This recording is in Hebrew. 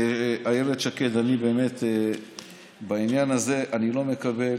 איילת שקד, בעניין הזה אני לא מקבל